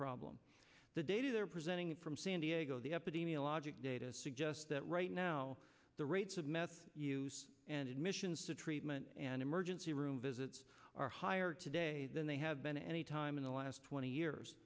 problem the data they're presenting from san diego the epidemiologic data suggests that right now the rates of meth use and admissions to treatment and emergency room visits are higher today than they have been any time in the last twenty years